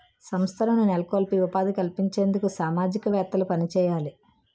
సంస్థలను నెలకొల్పి ఉపాధి కల్పించేందుకు సామాజికవేత్తలు పనిచేయాలి